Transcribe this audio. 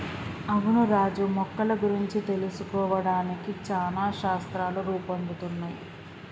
అవును రాజు మొక్కల గురించి తెలుసుకోవడానికి చానా శాస్త్రాలు రూపొందుతున్నయ్